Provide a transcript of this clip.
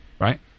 right